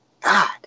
God